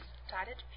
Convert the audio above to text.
started